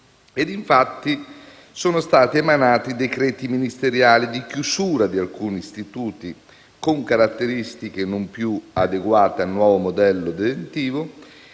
Infatti, sono stati emanati decreti ministeriali di chiusura di alcuni istituti con caratteristiche non più adeguate al nuovo modello detentivo